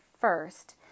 first